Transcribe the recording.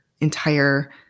entire